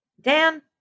Dan